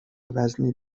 وزن